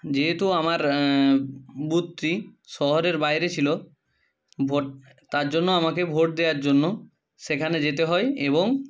যেহেতু আমার বুথটি শহরের বাইরে ছিলো ভোট তার জন্য আমাকে ভোট দেওয়ার জন্য সেখানে যেতে হয় এবং